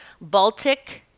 Baltic